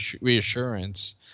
reassurance